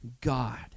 God